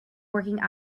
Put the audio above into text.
working